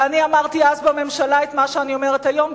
ואני אמרתי אז בממשלה את מה שאני אומרת היום,